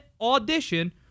audition